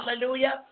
hallelujah